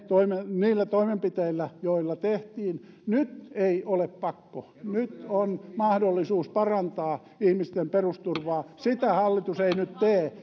niillä toimenpiteillä joita tehtiin nyt ei ole pakko nyt on mahdollisuus parantaa ihmisten perusturvaa sitä hallitus ei nyt tee